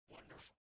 Wonderful